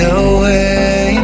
away